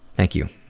thank you.